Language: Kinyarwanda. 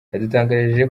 yadutangarije